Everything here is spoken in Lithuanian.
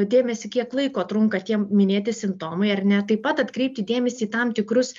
dėmesį kiek laiko trunka tie minėti simptomai ar ne taip pat atkreipti dėmesį į tam tikrus